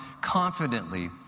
confidently